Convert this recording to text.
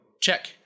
check